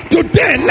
Today